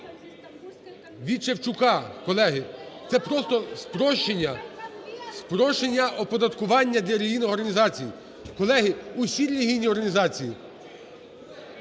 від Шевчука, колеги. Це просто спрощення оподаткування для релігійних організацій. Колеги, усі релігійні організації.